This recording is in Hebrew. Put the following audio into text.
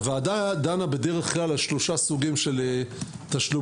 הוועדה דנה בדרך-כלל על שלושה סוגים של תשלומי